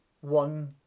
one